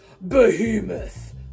behemoth